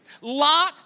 Lot